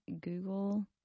Google